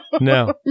No